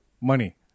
Money